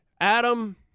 Adam